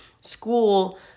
school